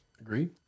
Agreed